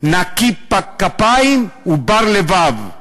נקי כפיים ובר-לבב.